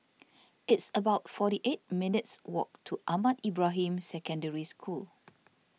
it's about forty eight minutes' walk to Ahmad Ibrahim Secondary School